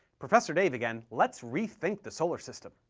professor dave again, let's rethink the solar system.